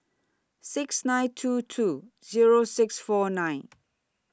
six nine two two Zero six four nine